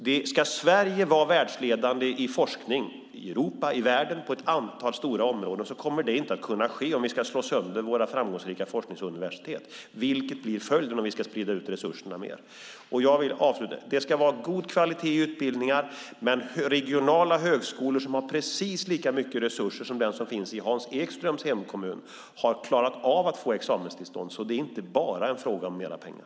Sverige kommer inte att kunna vara världsledande i forskning på ett antal stora områden om vi ska slå sönder våra framgångsrika forskningsuniversitet, vilket blir följden om vi sprider ut resurserna mer. Det ska vara god kvalitet i utbildningar. Regionala högskolor som har precis lika mycket resurser som den i Hans Ekströms hemkommun har klarat av att få examenstillstånd. Det är alltså inte bara en fråga om mer pengar.